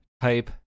type